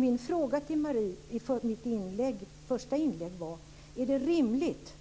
Min fråga till Marie i mitt första inlägg var: Är det rimligt